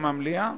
לא יצאת מהמליאה?